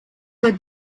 that